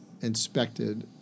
inspected